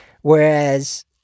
Whereas